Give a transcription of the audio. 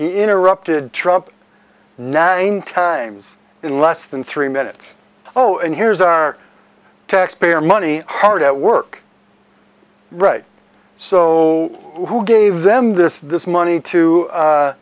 interrupted trump nine times in less than three minutes oh and here's our taxpayer money hard at work right so who gave them this money to